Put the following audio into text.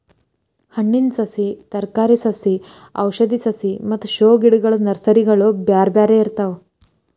ಹಣ್ಣಿನ ಸಸಿ, ತರಕಾರಿ ಸಸಿ ಔಷಧಿ ಸಸಿ ಮತ್ತ ಶೋ ಗಿಡಗಳ ನರ್ಸರಿಗಳು ಬ್ಯಾರ್ಬ್ಯಾರೇ ಇರ್ತಾವ